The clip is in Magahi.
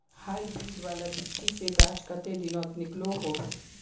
हाईब्रीड वाला बिच्ची से गाछ कते दिनोत निकलो होबे?